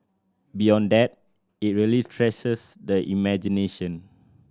beyond that it really the imagination